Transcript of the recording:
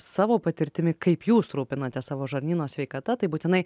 savo patirtimi kaip jūs rūpinatės savo žarnyno sveikata tai būtinai